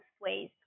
ways